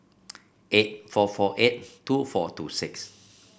eight four four eight two four two six